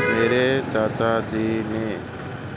मेरे चाचा जी ने